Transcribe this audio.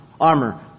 armor